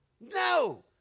No